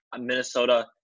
Minnesota –